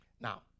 Now